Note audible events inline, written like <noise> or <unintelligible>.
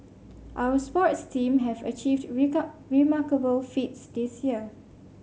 our sports team have achieved <unintelligible> remarkable feats this year